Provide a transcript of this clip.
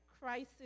Crisis